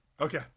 Okay